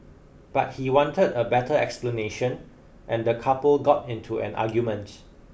but he wanted a better explanation and the couple got into an argument